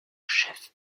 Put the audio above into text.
chef